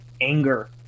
anger